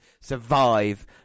survive